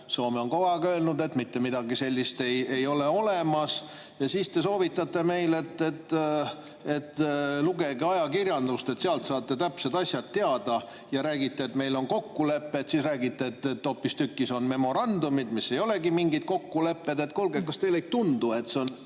Soome on kogu aeg öelnud, et mitte midagi sellist ei ole olemas. Ja siis te soovitate meile, et lugege ajakirjandust, sealt saate täpselt asjad teada, ja räägite, et meil on kokkulepped. Siis räägite, et hoopistükkis on memorandumid, mis ei olegi mingid kokkulepped. Kuulge, kas teile ei tundu, et see on